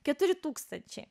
keturi tūkstančiai